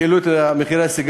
העלו גם את מחירי הסיגריות.